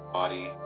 body